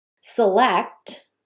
select